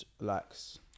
likes